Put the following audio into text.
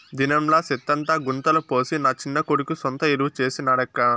దినంలా సెత్తంతా గుంతల పోసి నా చిన్న కొడుకు సొంత ఎరువు చేసి నాడక్కా